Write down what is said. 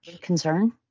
concern